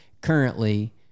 currently